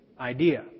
idea